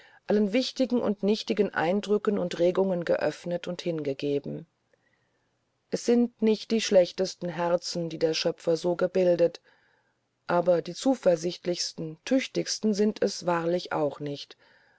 allen wichtigen und nichtigen eindrücken und regungen geöffnet und hingegeben es sind nicht die schlechtesten herzen die der schöpfer also gebildet aber die zuversichtlichsten tüchtigsten sind es wahrlich auch nicht